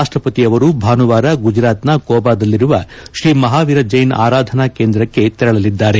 ರಾಷ್ಟ್ರಪತಿ ಅವರು ಭಾನುವಾರ ಗುಜರಾತಿನ ಕೋಬಾದಲ್ಲಿರುವ ಶ್ರೀ ಮಹಾವೀರ ಜೈನ್ ಆರಾಧನಾ ಕೇಂದ್ರಕ್ಕೆ ತೆರಳಲಿದ್ದಾರೆ